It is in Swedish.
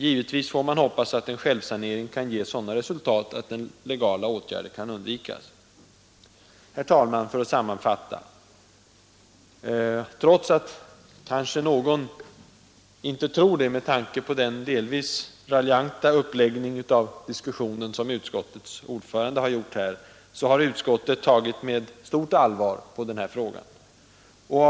Givetvis får man hoppas att en självsanering kan ge sådana resultat att legala åtgärder kan undvikas. Herr talman! Sammanfattningsvis vill jag säga följande. Någon har kanske fått ett annat intryck av den delvis raljanta uppläggning av diskussionen som utskottets ordförande har gjort här. Men utskottet har verkligen tagit på frågan med stort allvar.